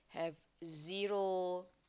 have zero